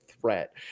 threat